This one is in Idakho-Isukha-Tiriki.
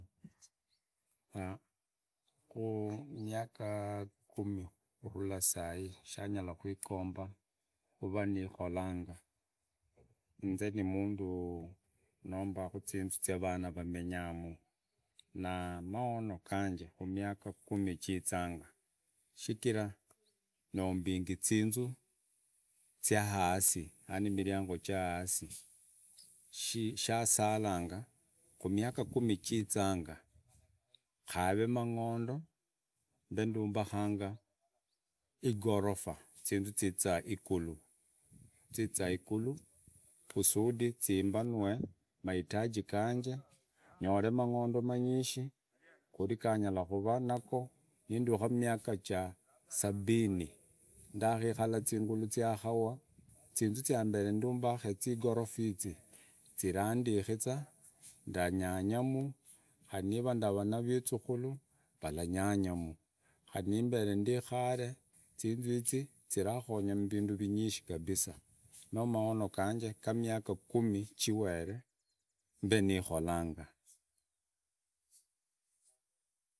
ku miaka mumi kurula sai shangara kuikomba kuvaa nikolanga, inzi ni mundu alombako zinzu zya vana ramenyamu naa maono ganje kumiaka kumi zizaanga shihira nombingi zinzuu zya hasi yani miriango cha hasi shasalanga kumiaka kumi zizaanga kare mangondo mbe ndumbahanga igorofa zinzu za igulu zizaa igulu kusudi zambanue mahitaji ganje nyore mong’ondo manyishi kuri nyarakuranayo ku mdika miaka ya sabini ndakikala ingulu ya kawaa inu ya mbere naambarie ya igorofa izi, zirarandikia, ndanyanyemu, khari nimbere na visukura vara nyanga mu, khari nimbere ndikare zinzu izi zirangonya mvindu vinyashi kabisa, noo maono ganje ga miaka kumi jiwere mbe nikholanga.